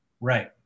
Right